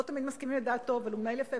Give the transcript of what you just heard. לא תמיד מסכימים עם דעתו, אבל הוא מנהל יפה.